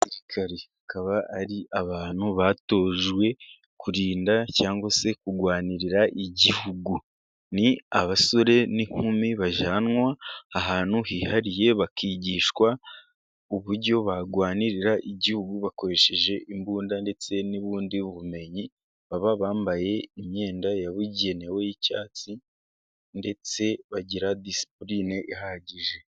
Abasirikari bakaba ari abantu batojwe kurinda cyangwa se kurwanirira igihugu, ni abasore n'inkumi bajyanwa ahantu hihariye, bakigishwa uburyo barwanirira igihugu bakoresheje imbunda ndetse n'ubundi bumenyi, baba bambaye imyenda yabugenewe y'icyatsi, ndetse bagira disipurine ihagije.